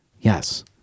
Yes